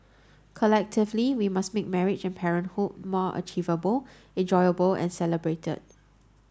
collectively we must make marriage and parenthood more achievable enjoyable and celebrated